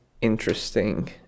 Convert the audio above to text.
interesting